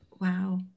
wow